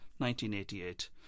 1988